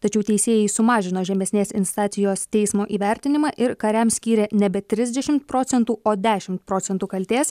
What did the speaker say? tačiau teisėjai sumažino žemesnės instacijos teismo įvertinimą ir kariams skyrė nebe trisdešim procentų o dešim procentų kaltės